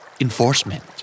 Enforcement